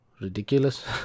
ridiculous